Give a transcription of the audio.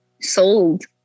sold